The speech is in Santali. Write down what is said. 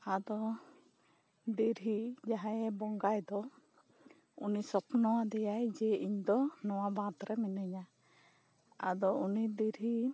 ᱟᱫᱚ ᱰᱮᱨᱦᱤ ᱡᱟᱦᱟᱸᱭ ᱵᱚᱸᱜᱟᱭ ᱫᱚ ᱩᱱᱤ ᱥᱚᱯᱱᱚ ᱟᱫᱮᱭᱟᱭ ᱡᱮ ᱤᱧᱫᱚ ᱱᱚᱣᱟ ᱵᱟᱸᱫᱽ ᱨᱮ ᱢᱮᱱᱟᱧᱟ ᱟᱫᱚ ᱩᱱᱤ ᱫᱤᱨᱦᱤ